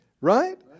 right